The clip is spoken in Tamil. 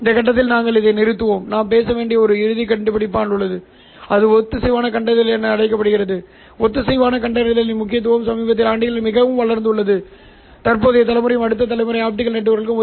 எனவே உண்மையில் இரண்டு ஆர்த்தோகனல் துருவமுனைப்புகளைக் கொண்டிருக்கலாம் அவை x மற்றும் y துருவமுனைப்புகள் என அழைக்கப்படுகின்றன பின்னர் x துருவமுனைப்பை தனித்தனியாக மாடுலேட் செய்து y துருவமுனைப்பை மாடுலேட் செய்யலாம்